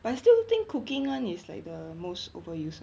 but I still think cooking [one] is like the most overuse